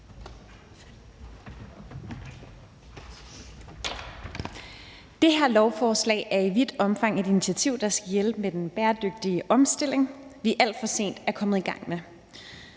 Det her lovforslag er i vidt omfang et initiativ, der skal hjælpe med den bæredygtige omstilling, vi alt for sent er kommet i gang med.